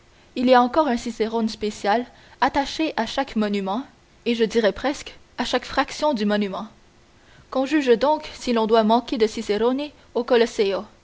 il y a encore un cicérone spécial attaché à chaque monument et je dirai presque à chaque fraction du monument qu'on juge donc si l'on doit manquer de ciceroni au